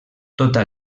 tota